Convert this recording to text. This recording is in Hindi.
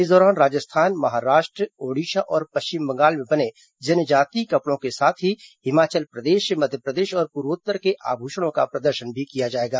इस दौरान राजस्थान महाराष्ट्र ओडिशा और पश्चिम बंगाल में बने जनजातीय कपड़ों के साथ ही हिमाचल प्रदेश मध्यप्रदेश और पूर्वोत्तर के आभूषणों का प्रदर्शन किया जाएगा